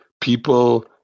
people